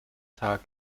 tag